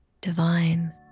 divine